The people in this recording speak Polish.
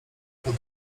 pod